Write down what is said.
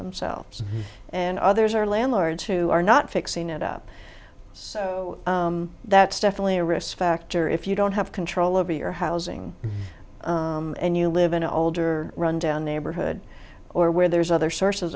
themselves and others are landlords who are not fixing it up so that's definitely a risk factor if you don't have control over your housing and you live in an older rundown neighborhood or where there's other sources